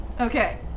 Okay